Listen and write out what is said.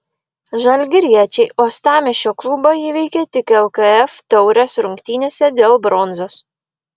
žalgiriečiai uostamiesčio klubą įveikė tik lkf taurės rungtynėse dėl bronzos